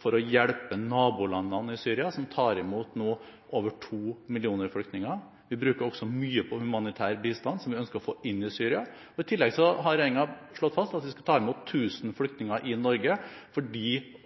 gjelder å hjelpe Syrias naboland, som nå tar imot over 2 millioner flyktninger. Vi bruker også mye på humanitær bistand, som vi ønsker å få inn i Syria. I tillegg har regjeringen slått fast at Norge skal ta imot 1 000 flyktninger for